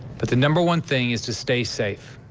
but the number one thing is to stay safe.